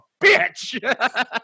bitch